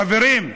חברים,